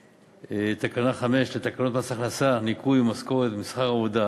תקנה 5 לתקנות מס הכנסה (ניכוי ממשכורת ומשכר עבודה)